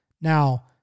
Now